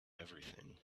everything